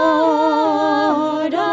Lord